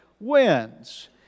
wins